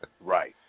Right